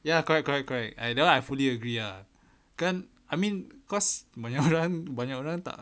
ya correct correct correct I that one I fully agree ah kan I mean cause banyak orang banyak orang tak